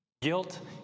Guilt